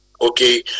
Okay